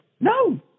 No